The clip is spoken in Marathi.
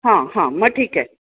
हां हां मग ठीक आहे